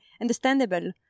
understandable